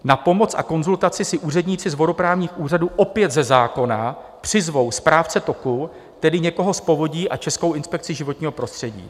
Na pomoc a konzultaci si úředníci vodoprávních úřadů, opět ze zákona, přizvou správce toku, tedy někoho z Povodí, a Českou inspekci životního prostředí.